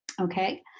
Okay